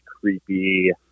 creepy